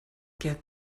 get